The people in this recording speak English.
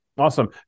Awesome